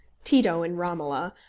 tito, in romola,